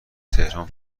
تهران